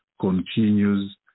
continues